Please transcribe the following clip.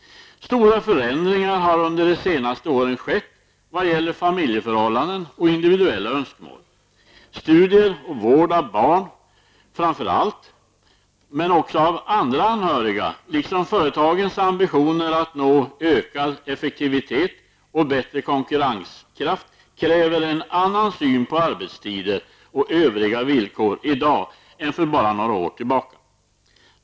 Stora förändringar har under de senaste åren skett vad gäller familjeförhållanden och individuella önskemål. Studier, vård av anhöriga och framför allt vård av barn liksom företagens ambitioner att nå ökad effektivitet och bättre konkurrenskraft, kräver en annan syn på arbetstid och övriga villkor i dag än för bara några år sedan.